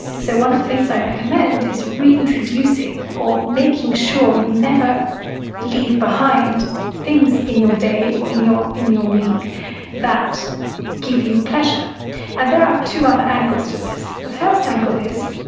so, one of the things i recommend is reintroducing or making sure you never leave behind things in your day or in your in your week that give you pleasure and there are two other angles to this. the first angle is,